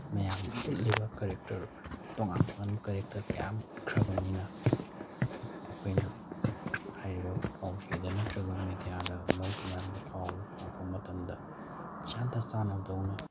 ꯃꯌꯥꯝꯗ ꯎꯠꯂꯤꯕ ꯀꯔꯦꯛꯇꯔ ꯇꯣꯉꯥꯟ ꯇꯣꯉꯥꯟꯕ ꯀꯔꯦꯛꯇꯔ ꯀꯌꯥ ꯑꯃ ꯎꯠꯈ꯭ꯔꯕꯅꯤꯅ ꯃꯈꯣꯏꯅ ꯍꯥꯏꯔꯤꯕ ꯄꯥꯎ ꯆꯦꯗ ꯅꯠꯇ꯭ꯔꯒ ꯃꯦꯗꯤꯌꯥꯗ ꯃꯣꯏꯒꯤ ꯃꯔꯝꯗ ꯄꯥꯎ ꯐꯣꯡꯕ ꯃꯇꯝꯗ ꯏꯆꯥꯟꯇ ꯆꯥꯟꯅꯕꯗꯧꯅ